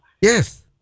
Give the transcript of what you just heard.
Yes